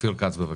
אופיר כץ בבקשה.